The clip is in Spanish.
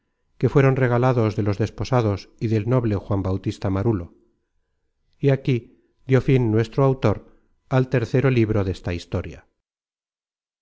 que fueron regalados de los desposados y del noble juan bautista marulo y aquí dió fin nuestro autor al tercero libro desta historia